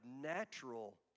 natural